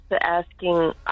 asking